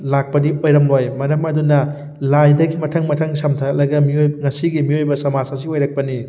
ꯂꯥꯛꯄꯗꯤ ꯑꯣꯏꯔꯝꯂꯣꯏ ꯃꯔꯝ ꯑꯗꯨꯅ ꯂꯥꯏꯗꯒꯤ ꯃꯊꯪ ꯃꯊꯪ ꯁꯝꯊꯔꯛꯂꯒ ꯉꯁꯤꯒꯤ ꯃꯤꯌꯣꯏꯕ ꯁꯃꯥꯖ ꯑꯁꯤ ꯑꯣꯏꯔꯛꯄꯅꯤ